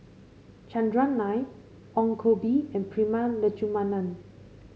Chandran Nair Ong Koh Bee and Prema Letchumanan